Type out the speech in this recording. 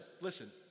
listen